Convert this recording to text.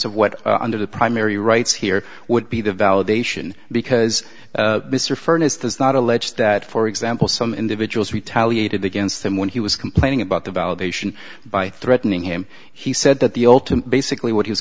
of what under the primary rights here would be the validation because mr furness does not allege that for example some individuals retaliated against him when he was complaining about the validation by threatening him he said that the ultimate basically what he was